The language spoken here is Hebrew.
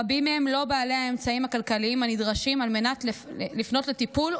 רבים מהם לא בעלי האמצעים הכלכליים הנדרשים על מנת לפנות לטיפול,